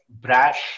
brash